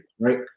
right